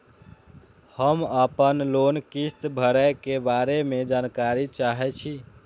हम आपन लोन किस्त भरै के बारे में जानकारी चाहै छी?